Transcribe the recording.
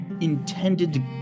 intended